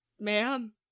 ma'am